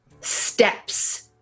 steps